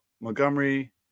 Montgomery